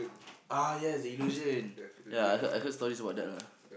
ah yes the Illusion ya I heard I heard stories about that lah